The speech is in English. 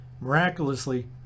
Miraculously